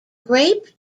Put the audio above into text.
grape